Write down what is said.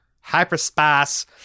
hyperspace